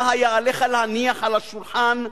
שהיה עליך להניח על השולחן,